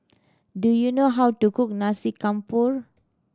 do you know how to cook Nasi Campur